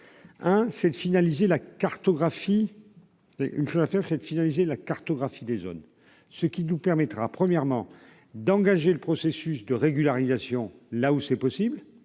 c'est de finaliser la cartographie des zones ce qui nous permettra : premièrement d'engager le processus de régularisation, là où c'est possible,